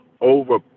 over